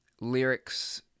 lyrics